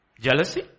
Jealousy